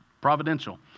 providential